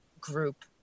group